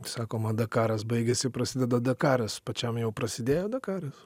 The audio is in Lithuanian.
sakoma dakaras baigėsi prasideda dakaras pačiam jau prasidėjo dakaras